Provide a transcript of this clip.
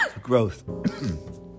growth